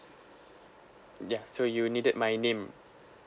yeah so you needed my name